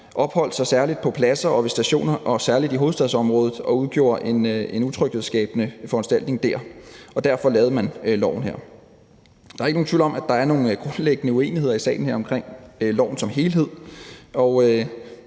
opholdt sig særlig på pladser og ved stationer og særlig i hovedstadsområdet og skabte en utryghedsskabende situation der, og derfor lavede man loven her. Der er ikke nogen tvivl om, at der er nogle grundlæggende uenigheder i salen her om loven som helhed,